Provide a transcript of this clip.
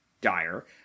dire